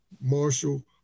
Marshall